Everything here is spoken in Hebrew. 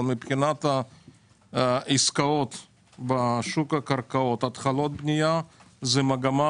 אבל מבחינת העסקאות בשוק הקרקעות והתחלות הבנייה המגמה